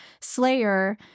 Slayer